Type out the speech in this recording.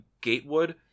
Gatewood